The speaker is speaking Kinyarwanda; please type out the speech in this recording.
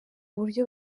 buryo